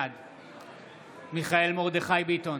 בעד מיכאל מרדכי ביטון,